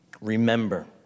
Remember